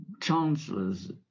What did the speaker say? Chancellor's